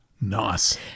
Nice